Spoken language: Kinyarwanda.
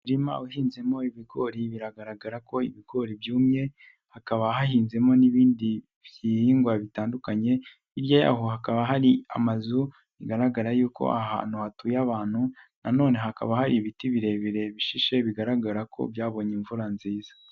Umurima uhinzemo ibigori biragaragara ko ibigori byumye, hakaba hahinzemo n'ibindi bihingwa bitandukanye, hirya yaho hakaba hari amazu bigaragara hatuye abantu na none hakaba hari ibiti birebire bishishe bigaragara ko byabonye imvura nziza.